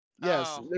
Yes